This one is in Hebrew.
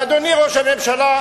ואדוני ראש הממשלה,